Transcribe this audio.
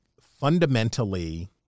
fundamentally